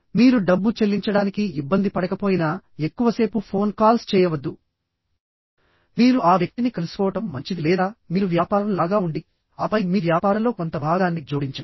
మీరు డబ్బు చెల్లించడానికి ఇబ్బంది పడకపోయినా ఎక్కువసేపు ఫోన్ కాల్స్ చేయవద్దు మీరు ఆ వ్యక్తిని కలుసుకోవడం మంచిది లేదా మీరు వ్యాపారం లాగా ఉండి ఆపై మీ వ్యాపారంలో కొంత భాగాన్ని జోడించండి